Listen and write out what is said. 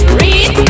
read